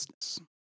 business